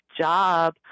job